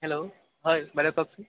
hello হয় বাইদেউ কওকচোন